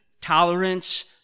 tolerance